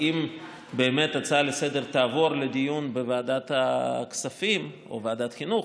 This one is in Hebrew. אם באמת ההצעה לסדר-היום תעבור לדיון בוועדת הכספים או לוועדת החינוך,